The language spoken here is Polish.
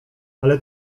ale